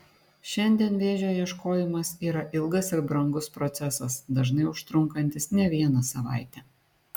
šiandien vėžio ieškojimas yra ilgas ir brangus procesas dažnai užtrunkantis ne vieną savaitę